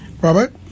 Robert